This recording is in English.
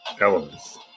elements